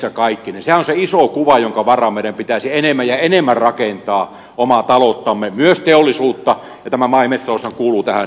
sehän on se iso kuva jonka varaan meidän pitäisi enemmän ja enemmän rakentaa omaa talouttamme myös teollisuutta ja maa ja metsätaloushan kuuluu tähän ihan olennaisella tavalla